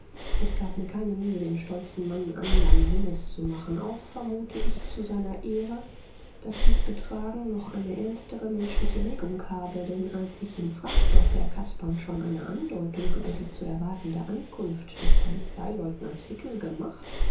ich gab mir keine mühe den stolzen mann andern sinnes zu machen auch vermute ich zu seiner ehre daß dies betragen noch eine ernstere menschliche regung habe denn als ich ihn fragte ob er casparn schon eine andeutung über die zu erwartende ankunft des polizeileutnants hickel gemacht